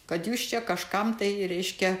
kad jūs čia kažkam tai reiškia